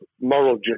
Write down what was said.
moral